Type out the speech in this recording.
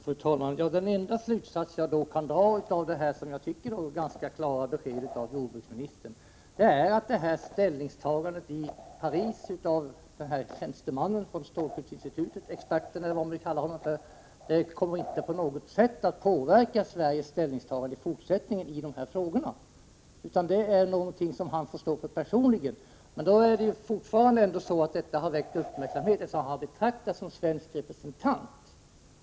Fru talman! Den enda slutsats jag kan dra av detta, som jag tycker, ganska klara besked från jordbruksministern är att ställningstagandet i Paris av tjänstemannen, experten eller vad man vill kalla honom för, från strålskyddsinstitutet inte på något sätt kommer att påverka Sveriges ställningstaganden i dessa frågor i fortsättningen, utan att uttalandet är någonting som han får stå för personligen. Men det är fortfarande ändå så, att det här har väckt uppmärksamhet, eftersom vederbörande betraktas som svensk representant.